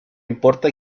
importa